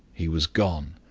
he was gone.